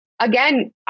Again